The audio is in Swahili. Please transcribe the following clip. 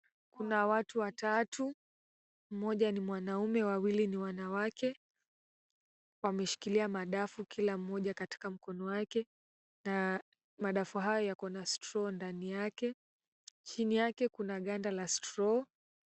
Kuna watu watatu, mmoja ni mwanaume, wawili ni wanawake. Wameshikilia madafu, kila mmoja katika mkono wake na madafu haya yakona straw ndani yake. Chini yake kuna ganda la straw .